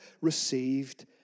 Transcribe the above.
received